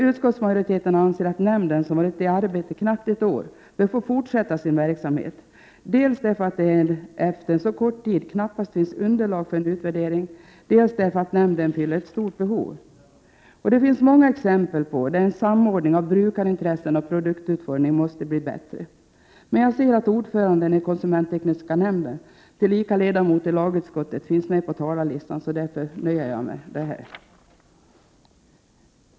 Utskottsmajoriteten anser att nämnden, som varit i arbete knappt ett år, bör få fortsätta sin verksamhet dels därför att det efter en så kort tid knappast finns underlag för en utvärdering, dels därför att nämnden fyller ett stort behov. Det finns många exempel som visar att samordningen av brukarintressen och produktutformning måste bli bättre. Jag ser att ordföranden i konsumenttekniska nämnden, tillika ledamot i lagutskottet, finns med på talarlistan, så jag nöjer mig med vad jag nu har sagt.